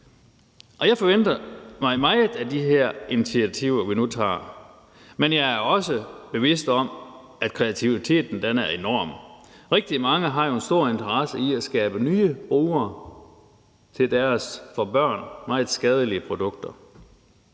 Og jeg forventer mig meget af de her initiativer, vi nu tager, men jeg er også bevidst om, at kreativiteten er enorm. Rigtig mange har jo en stor interesse i at skabe nye brugere til deres for børn meget skadelige produkter.